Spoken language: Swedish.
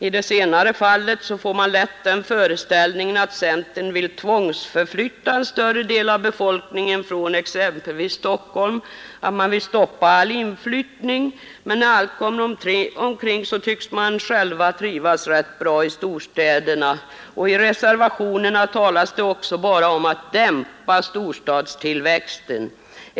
I det senare fallet får man lätt den föreställningen att centern vill tvångsförflytta en större del av befolkningen exempelvis från Stockholm och att man vill stoppa all inflyttning, men när allt kommer omkring tycks man själv trivas rätt bra i storstäderna. I reservationerna talas det ju också bara om att ”dämpa” storstadstillväxten.